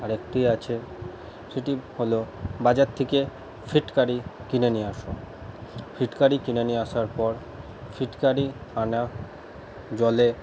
আরেকটি আছে সেটি হল বাজার থেকে ফিটকারি কিনে নিয়ে আসো ফিটকারি কিনে নিয়ে আসার পর ফিটকারি আনা জলে